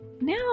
Now